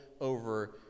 over